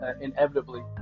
inevitably